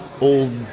old